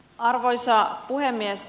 arvoisa puhemies